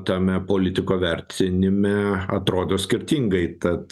tame politiko vertinime atrodo skirtingai tad